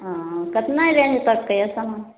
हँ केतना रेन्ज तकके यऽ समान